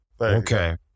okay